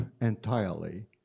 entirely